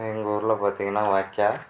எங்கள் ஊரில் பார்த்திங்ன்னா வாய்க்கால்